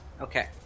Okay